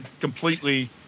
completely